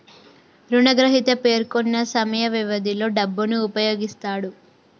రుణగ్రహీత పేర్కొన్న సమయ వ్యవధిలో డబ్బును ఉపయోగిస్తాడు